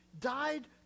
died